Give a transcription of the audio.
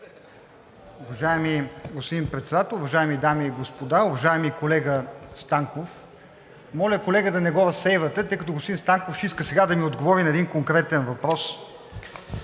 Уважаеми господин Председател, уважаеми дами и господа, уважаеми колега Станков, моля, колега, да не го разсейвате, тъй като господин Станков ще иска сега да ми отговори на един конкретен въпрос.